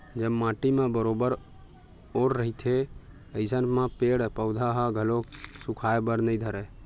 जब माटी म बरोबर ओल रहिथे अइसन म पेड़ पउधा ह घलो सुखाय बर नइ धरय